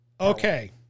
Okay